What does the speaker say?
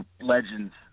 legends